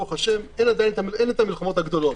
ב"ה אין המלחמות הגדולות,